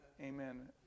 Amen